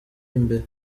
imbere